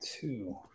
two